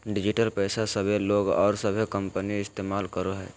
digital पैसा सभे लोग और सभे कंपनी इस्तमाल करो हइ